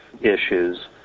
issues